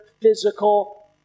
physical